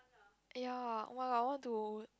ya !wow! I want to